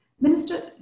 Minister